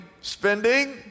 spending